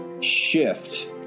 shift